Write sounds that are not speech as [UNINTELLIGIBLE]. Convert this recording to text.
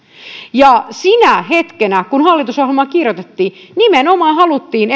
sinä hetkenä kun hallitusohjelmaa kirjoitettiin nimenomaan haluttiin [UNINTELLIGIBLE]